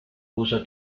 puso